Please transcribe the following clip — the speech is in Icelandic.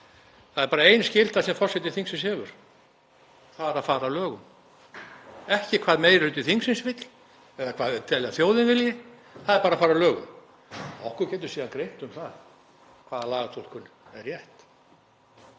Það er bara ein skylda sem forseti þingsins hefur og það er að fara lögum, ekki hvað meiri hluti þingsins vill eða hvað þeir telja að þjóðin vilji, það er bara fara að lögum. Okkur getur síðan greint á um það hvaða lagatúlkun er rétt.